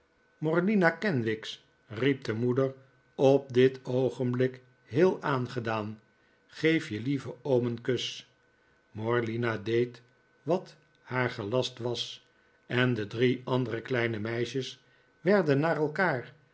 morlina kenwigs riep de moeder op dit oogenblik heel aangedaan geef je lieven oom een kus morlina deed wat haar gelast was en de drie andere kleine meisjes werden na elkaar